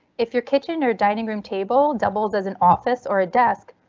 if your kitchen or dining room table doubles as an office or a desk,